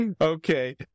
Okay